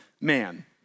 man